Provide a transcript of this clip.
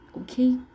okay